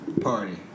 party